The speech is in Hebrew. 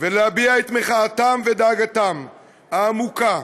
ולהביע את מחאתם ודאגתם העמוקה